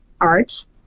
Art